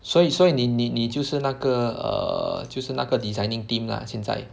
所以所以你你你就是那个 err 就是那个 designing team lah 现在